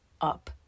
up